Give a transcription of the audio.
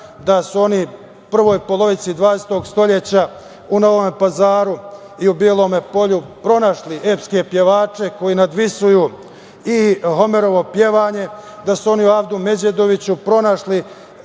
da su oni prvoj polovini 20. veka u Novom Pazaru i u Bijelom Polju pronašli epske pevače koji nadvisuju i Homerovo pevanje, da su oni u Avdu Međedoviću pronašli